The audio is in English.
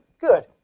Good